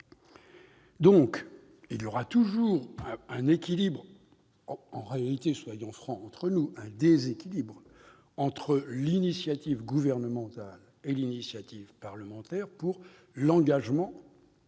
Il y aura toujours un équilibre ou plutôt en réalité- soyons francs entre nous -un déséquilibre entre l'initiative gouvernementale et l'initiative parlementaire pour l'engagement